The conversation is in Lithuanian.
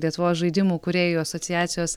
lietuvos žaidimų kūrėjų asociacijos